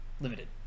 limited